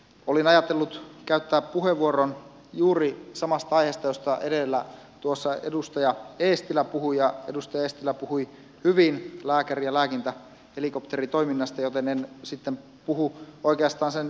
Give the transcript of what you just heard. olin ajatellut käyttää puheenvuoron juuri samasta aiheesta josta edellä edustaja eestilä puhui ja edustaja eestilä puhui hyvin lääkäri ja lääkintähelikopteritoiminnasta joten en sitten puhu oikeastaan sen pitempään